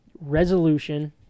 resolution